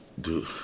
dude